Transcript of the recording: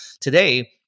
Today